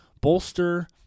bolster